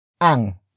Ang